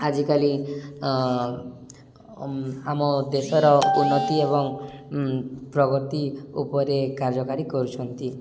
ଆଜିକାଲି ଆମ ଦେଶର ଉନ୍ନତି ଏବଂ ପ୍ରଗତି ଉପରେ କାର୍ଯ୍ୟକାରୀ କରୁଛନ୍ତି